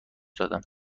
دادم